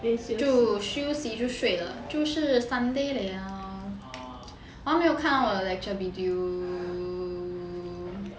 就休息就睡了就是 sunday liao 我还没有看完我的 lecture video